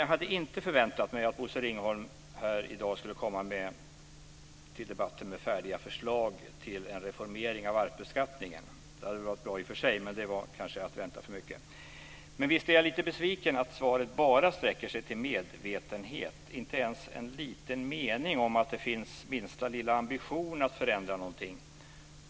Jag hade inte förväntat mig att Bosse Ringholm skulle komma till debatten med färdiga förslag till en reformering av arvsbeskattningen. Det hade i och för sig varit bra, men det hade varit att vänta sig för mycket. Men visst är jag lite besviken över att finansministern i svaret bara sträcker sig till att nämna att det finns en medvetenhet om problemen. Det finns inte ens en kort mening om minsta lilla ambition att förändra någonting.